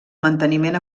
manteniment